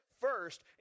first